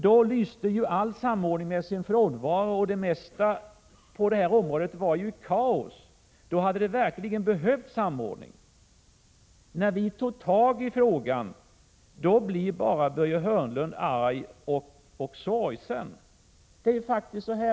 Då lyste ju all samordning med sin frånvaro, och det mesta var kaos på detta område. I det läget hade det verkligen behövts samordning. När vi tog fatt i frågan blev Börje Hörnlund arg och sorgsen.